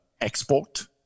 export